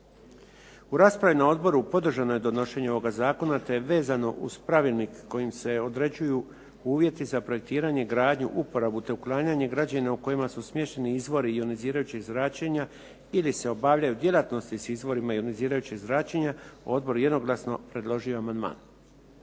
U raspravi na odboru podržano je donošenje ovoga zakona, te je vezano uz pravilnik kojim se određuju uvjeti za projektiranje, gradnju, uporabu, te uklanjanje građevine u kojima su smješteni izvori ionizirajućeg zračenja ili se obavljaju djelatnosti s izvorima ionizirajućeg zračenja odbor je jednoglasno predložio amandman.